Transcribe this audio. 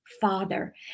father